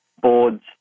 boards